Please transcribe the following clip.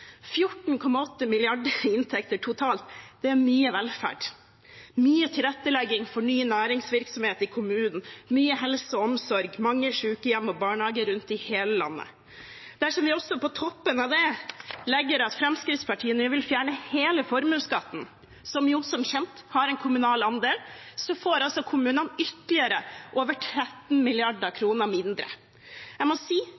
14,8 mrd. kr i inntekter totalt – det er mye velferd, mye tilrettelegging for ny næringsvirksomhet i kommunene, mye helse og omsorg, mange sykehjem og barnehager rundt om i hele landet. Dersom vi på toppen av det også legger at Fremskrittspartiet nå vil fjerne hele formuesskatten, som som kjent har en kommunal andel, får kommunene ytterligere over 13 mrd. kr mindre. Jeg må si